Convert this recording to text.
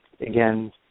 again